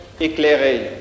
éclairé